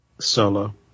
Solo